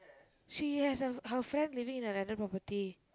she has her her friends living in a landed property